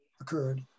occurred